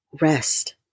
Rest